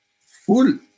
Full